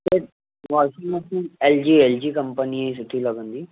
सेठ washing machine L G L G कंपनीअ जी सुठी लॻंदी